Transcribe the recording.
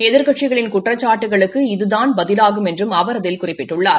எதிர்க்கட்சிகளின் குற்றச்சாட்டுக்களுக்கு இதுதான் பதிவாகும் என்றும் அவர் அதில் குறிப்பிட்டுள்ளார்